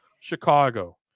Chicago